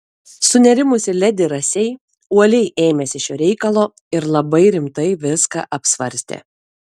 sunerimusi ledi rasei uoliai ėmėsi šio reikalo ir labai rimtai viską apsvarstė